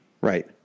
Right